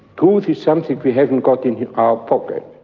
truth is something we haven't got in our pocket.